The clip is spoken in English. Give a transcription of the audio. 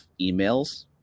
emails